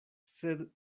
sed